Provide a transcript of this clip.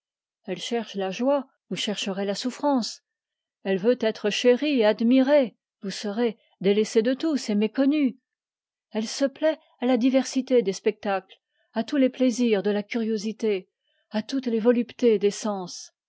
elle cherche la joie vous cherchez la souffrance elle veut être chérie et admirée vous serez délaissé de tous et méconnu elle se plaît à la diversité des spectacles à tous les plaisirs de la curiosité à toutes les voluptés